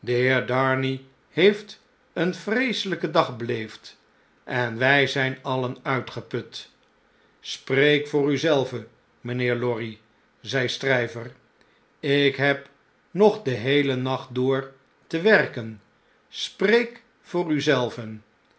darnay heeft een vreeselpen dag beleefd en wn zp alien uitgeput spreek voor u zelven mpbeer lorry zei stryver ik heb nog den heelen nacht door te werken spreek voor u